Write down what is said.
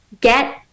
get